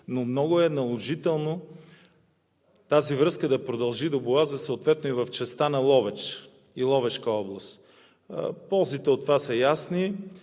но много е наложително тази връзка да продължи до Боаза съответно и в частта на Ловеч и Ловешка област. Ползите от това са ясни.